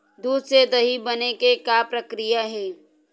दूध से दही बने के का प्रक्रिया हे?